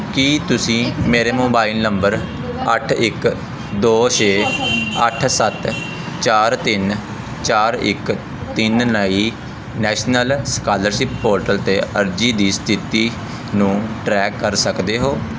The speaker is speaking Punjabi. ਕੀ ਤੁਸੀਂ ਮੇਰੇ ਮੋਬਾਈਲ ਨੰਬਰ ਅੱਠ ਇੱਕ ਦੋ ਛੇ ਅੱਠ ਸੱਤ ਚਾਰ ਤਿੰਨ ਚਾਰ ਇੱਕ ਤਿੰਨ ਲਈ ਨੈਸ਼ਨਲ ਸਕਾਲਰਸ਼ਿਪ ਪੋਰਟਲ 'ਤੇ ਅਰਜ਼ੀ ਦੀ ਸਥਿੱਤੀ ਨੂੰ ਟਰੈਕ ਕਰ ਸਕਦੇ ਹੋ